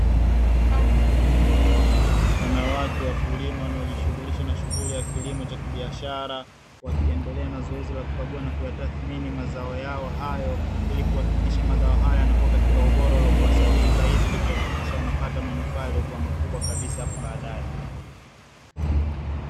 Wanawake wakulima wanaojishughulisha na shughuli ya kilimo cha kibiashara, wakiendelea na zoezi la kukagua na kuyatathmini mazao yao hayo ili kuhakikisha mazao haya yanakuwa katika ubora uliokuwa sahihi zaidi, ili kuhakikisha wanapata manufaa yaliyokuwa makubwa kabisa hapo baadae.